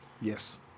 Yes